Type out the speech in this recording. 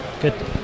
good